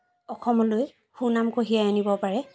অসমলৈ সুনাম কঢ়িয়াই আনিব পাৰে